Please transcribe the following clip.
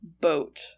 boat